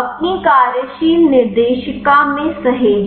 अपनी कार्यशील निर्देशिका में सहेजें